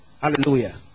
Hallelujah